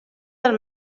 del